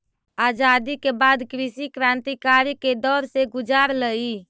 आज़ादी के बाद कृषि क्रन्तिकारी के दौर से गुज़ारलई